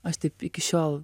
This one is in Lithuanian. aš taip iki šiol